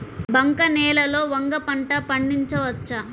బంక నేలలో వంగ పంట పండించవచ్చా?